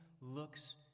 looks